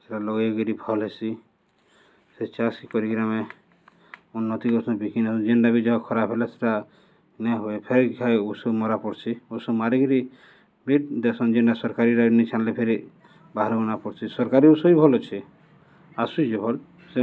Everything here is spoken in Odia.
ସେଟା ଲଗେଇକିରି ଭଲ୍ ହେସି ସେ ଚାଷ୍ କରିକିରି ଆମେ ଉନ୍ନତି କରସୁଁ ବିକିନେସୁଁ ଯେନ୍ଟା ବି ଯାହା ଖରାପ୍ ହେଲେ ସେଟା ନାଇଁ ହୁଏ ଫେର୍ ଘାଏ ଓଷୋ ମରାପଡ଼୍ସି ଓଷୋ ମାରିକିରି ଭେଟ ଦେସନ୍ ଯେନ୍ଟା ସରକାରୀଟା ନିଛାଡ଼୍ଲେ ଫେର୍ ବାହାରର୍ ଅନା ପଡ଼୍ସି ସରକାରୀ ଉଷୋ ବି ଭଲ୍ ଅଛେ ଆସୁଛେ ଭଲ୍